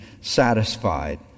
satisfied